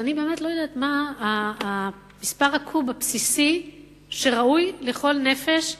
אז אני באמת לא יודעת מה מספר הקוב הבסיסי שראוי לכל נפש,